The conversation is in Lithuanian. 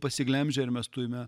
pasiglemžia ir mes turime